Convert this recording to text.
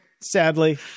Sadly